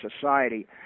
society